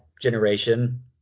generation